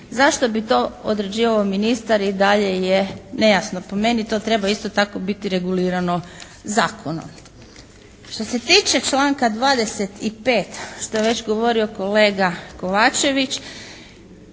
Zašto bi to određivao ministar, i dalje je nejasno. Po meni to treba isto tako biti regulirano zakonom. Što se tiče članka 25. što je već govorio kolega Kovačević